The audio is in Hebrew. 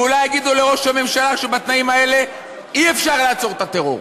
ואולי יגידו לראש הממשלה שבתנאים האלה אי-אפשר לעצור את הטרור,